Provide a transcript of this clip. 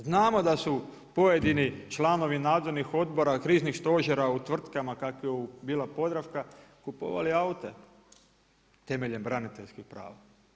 Znamo da su pojedini članovi nadzornih odbora kriznih stožera u tvrtkama kakva je bila Podravka, kupovali aute temeljem braniteljskih prava.